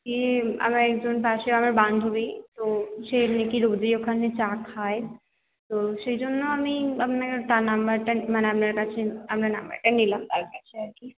এই আমার একজন পাশে আমার বান্ধবী তো সে নাকি রোজই ওখানে চা খায় তো সেই জন্য আমি আপনার তার নম্বরটা মানে আপনার কাছে আপনার নম্বরটা নিলাম তার কাছে আর কি